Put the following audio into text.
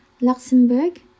Luxembourg